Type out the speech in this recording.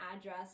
address